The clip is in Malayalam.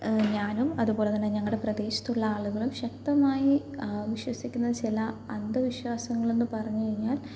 ഞാനും അതുപോലതന്നെ ഞങ്ങളുടെ പ്രദേശത്തുള്ള ആളുകളും ശക്തമായി വിശ്വസിക്കുന്ന ചില അന്ധവിശ്വാസങ്ങളെന്ന് പറഞ്ഞു കഴിഞ്ഞാൽ